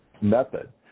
method